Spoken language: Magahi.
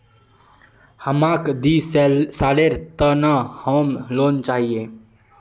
हमाक दी सालेर त न होम लोन चाहिए